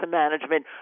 management